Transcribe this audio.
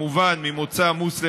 אם הוא ייכנע